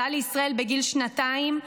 עלה לישראל בגיל שנתיים,